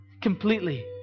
completely